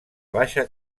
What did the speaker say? baixa